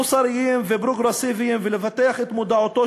מוסריים ופרוגרסיביים ולפתח את מודעותו